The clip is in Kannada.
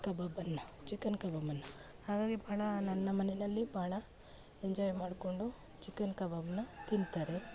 ಕಬಾಬನ್ನು ಚಿಕನ್ ಕಬಾಬನ್ನು ಹಾಗಾಗಿ ಭಾಳ ನನ್ನ ಮನೆಯಲ್ಲಿ ಭಾಳ ಎಂಜಾಯ್ ಮಾಡಿಕೊಂಡು ಚಿಕನ್ ಕಬಾಬನ್ನ ತಿಂತಾರೆ